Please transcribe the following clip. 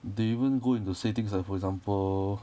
they even go into say things like for example